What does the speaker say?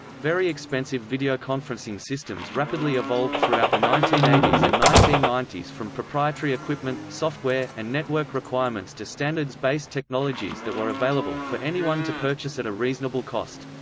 very expensive videoconferencing systems rapidly evolved throughout the nineteen eighty s and nineteen ninety s from proprietary equipment, software, and network requirements to standards-based technologies that were available for anyone to purchase at a reasonable cost.